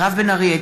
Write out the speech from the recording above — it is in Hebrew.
מירב בן ארי,